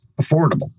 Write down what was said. affordable